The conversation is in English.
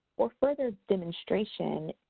for further demonstration,